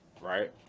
right